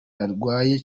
yarwaye